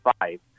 five